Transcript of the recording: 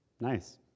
Nice